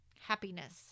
Happiness